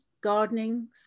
gardening